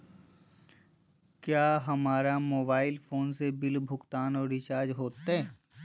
क्या हमारा mobile phone से बिल भुगतान और रिचार्ज होते?